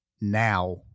Now